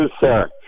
sir